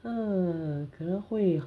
err 可能会